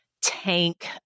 tank